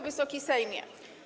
Wysoki Sejmie!